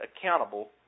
accountable